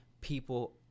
people